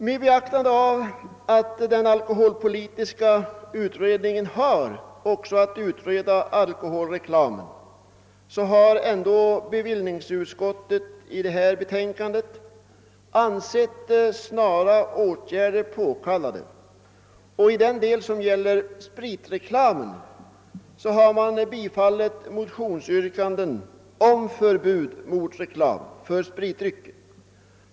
Med beaktande av att den alkoholpolitiska utredningen har att ta ställning också till frågan om alkoholreklamen, har bevillningsutskottet i det föreliggande betänkandet ansett den frågan så viktig att snara åtgärder är påkallade. I den del som gäller spritreklamen har det biträtt motionsyrkander om förbud mot reklam för spritdrycker.